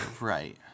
Right